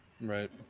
right